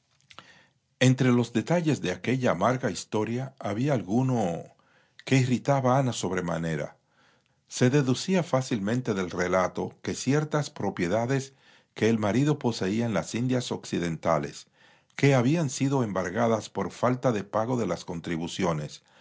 entre los detalles de aquella amarga historia había alguno que irritaba a ana sobremanera se deducía fácilmente del relato que ciertas propiedades que el marido poseía en las indias occidentales que habían sido embargadas por falta de pago de las contribuciones